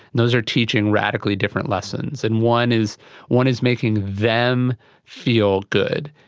those are teaching radically different lessons, and one is one is making them feel good,